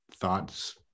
thoughts